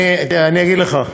אני אגיד לך: